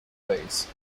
ways